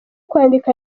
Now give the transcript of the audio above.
kwandika